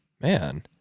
man